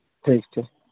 ᱴᱷᱤᱠ ᱴᱷᱤᱠ